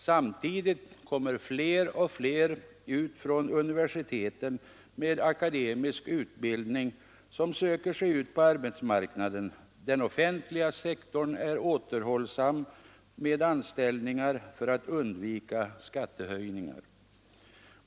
Samtidigt kommer fler och fler från universiteten med akademisk utbildning och söker sig ut på arbetsmarknaden. Den offentliga sektorn är återhållsam med anställningar för att undvika skattehöjningar.